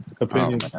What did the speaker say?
opinion